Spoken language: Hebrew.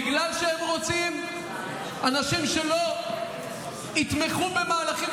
בגלל שהם רוצים אנשים שלא יתמכו במהלכים